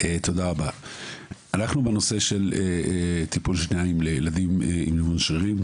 אנחנו בנושא של טיפול שיניים לילדים עם ניוון שרירים.